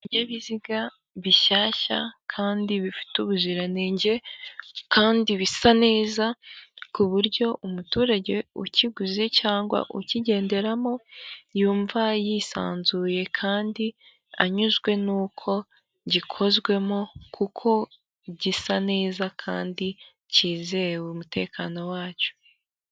Ibinyabiziga bishyashya kandi bifite ubuziranenge kandi bisa neza ku buryo umuturage ukiguze cyangwa ukigenderamo yumva yisanzuye kandi anyuzwe n'uko gikozwemo kuko gisa neza kandi cyizewe umutekano wacyo.